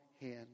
hand